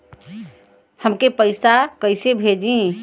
हमके पैसा कइसे भेजी?